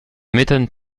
m’étonne